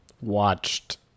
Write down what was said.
watched